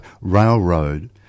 railroad